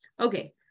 Okay